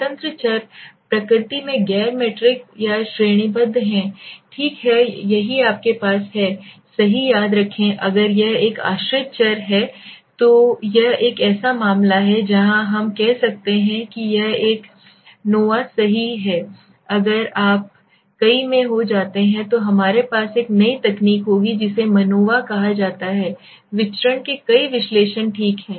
स्वतंत्र चर प्रकृति में गैर मीट्रिक या श्रेणीबद्ध हैं ठीक है यही आपके पास है सही याद रखें अगर यह एक आश्रित चर है तो यह एक ऐसा मामला है जहां हम कह रहे हैं कि यह एक है नोवा सही अगर आप कई में हो जाते हैं जब हमारे पास एक नई तकनीक होगी जिसे मनोवा कहा जाता है विचरण के कई विश्लेषण ठीक हैं